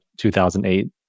2008